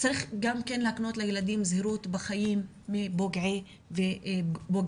צריך להקנות לילדים גם זהירות בחיים מפוגעי מין.